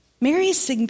Mary's